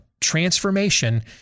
transformation